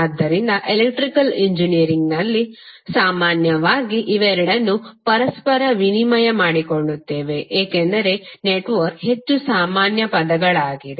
ಆದ್ದರಿಂದ ಎಲೆಕ್ಟ್ರಿಕಲ್ ಎಂಜಿನಿಯರಿಂಗ್ನಲ್ಲಿ ಸಾಮಾನ್ಯವಾಗಿ ಇವೆರಡನ್ನೂ ಪರಸ್ಪರ ವಿನಿಮಯ ಮಾಡಿಕೊಳ್ಳುತ್ತೇವೆ ಏಕೆಂದರೆ ನೆಟ್ವರ್ಕ್ ಹೆಚ್ಚು ಸಾಮಾನ್ಯ ಪದಗಳಾಗಿದೆ